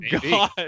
God